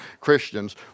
Christians